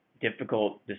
difficult